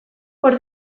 hor